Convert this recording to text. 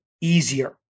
easier